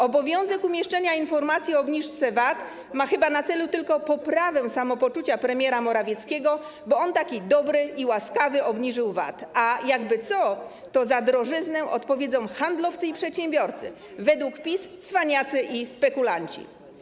Obowiązek umieszczenia informacji o obniżce VAT ma chyba na celu tylko poprawę samopoczucia premiera Morawieckiego, bo on taki dobry i łaskawy, obniżył VAT, a jakby co, to za drożyznę odpowiedzą handlowcy i przedsiębiorcy - według PiS cwaniacy i spekulanci.